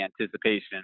anticipation